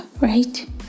right